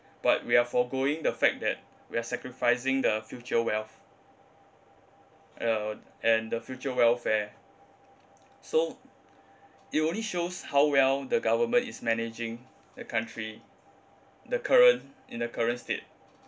but we are forgoing the fact that we're sacrificing the future wealth and all and the future welfare so it only shows how well the government is managing a country the current in the current state